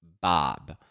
bob